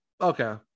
Okay